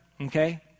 okay